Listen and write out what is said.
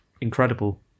incredible